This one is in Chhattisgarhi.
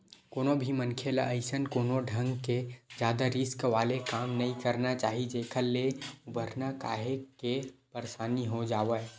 कोनो भी मनखे ल अइसन कोनो ढंग के जादा रिस्क वाले काम नइ करना चाही जेखर ले उबरना काहेक के परसानी हो जावय